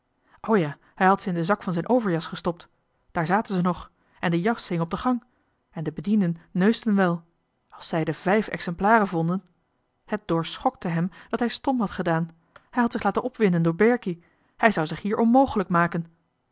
ja hij had ze in den zak van zijn overjas gestopt daar zaten ze nog en de jas hing op de gang en de bedienden neusden wel als zij die vijf exemplaren vonden door hovink ging een schok hij had stom gedaan hij had zich laten opwinden door berkie hij zou zich hier onmogelijk maken